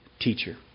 teacher